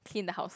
clean the house